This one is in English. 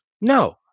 No